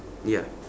ya